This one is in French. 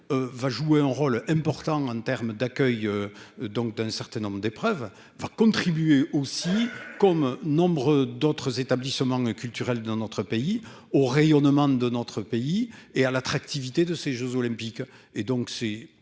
Va jouer un rôle important en termes d'accueil donc d'un certain nombre d'épreuves va contribuer aussi comme nombre d'autres établissements culturels dans notre pays au rayonnement de notre pays et à l'attractivité de ces Jeux olympiques